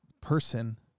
person